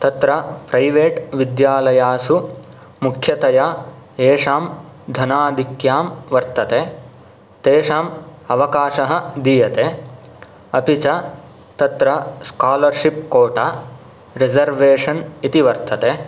तत्र प्रैवेट् विद्यालयासु मुख्यतया येषां धनाधिक्यं वर्तते तेषाम् अवकाशः दीयते अपि च तत्र स्कालर्शिप् कोटा रिसर्वेशन् इति वर्तते